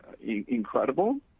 incredible